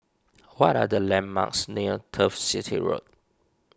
what are the landmarks near Turf City Road